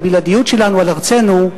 והבלעדיות שלנו על ארצנו,